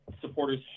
supporters